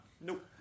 nope